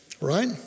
right